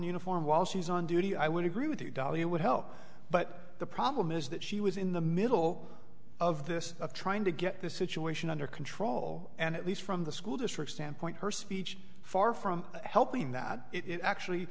uniform while she's on duty i would agree with you dalia would help but the problem is that she was in the middle of this of trying to get the situation under control and at least from the school district standpoint her speech far from helping that it actually